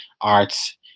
arts